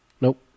Nope